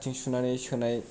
आथिं सुनानै सोनाय